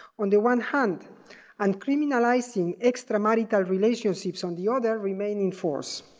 on the one hand and criminalizing extramarital relationships on the other, remain enforced.